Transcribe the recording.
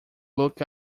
look